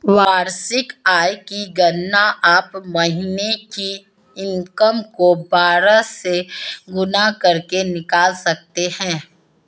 वार्षिक आय की गणना आप महीने की इनकम को बारह से गुणा करके निकाल सकते है